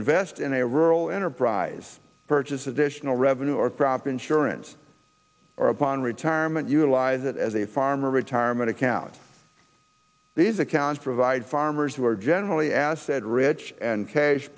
invest in a rural enterprise purchase additional revenue or prop insurance or upon retirement utilize it as a farmer retirement account these accounts provide farmers who are generally asset rich and cash